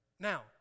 Now